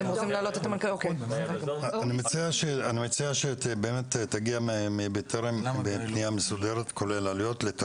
אני מציע שבאמת תגיע מבטרם פנייה מסודרת כולל עלויות,